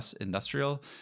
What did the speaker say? industrial